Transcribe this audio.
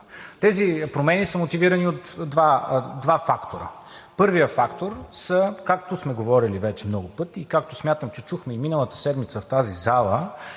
Тези промени са мотивирани от два фактора. Първият фактор е, както сме говорили вече много пъти и както смятам, че чухме и миналата седмица в тази зала,